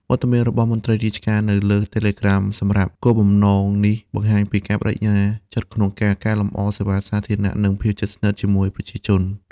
វត្តមានរបស់មន្ត្រីរាជការនៅលើ Telegram សម្រាប់គោលបំណងនេះបង្ហាញពីការប្ដេជ្ញាចិត្តក្នុងការកែលម្អសេវាសាធារណៈ និងភាពជិតស្និទ្ធជាមួយប្រជាជន។